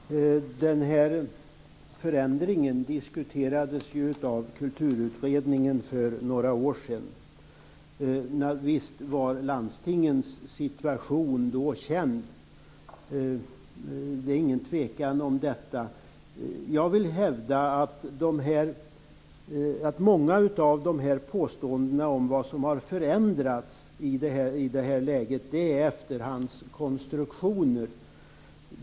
Fru talman! Den här förändringen diskuterades ju av Kulturutredningen för några år sedan. Visst var landstingens situation då känd. Det råder ingen tvekan om detta. Jag vill hävda att många av påståendena om vad som har förändrats är efterhandskonstruktioner.